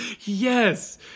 Yes